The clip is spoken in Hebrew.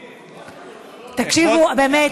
תקשיבו, באמת.